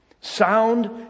Sound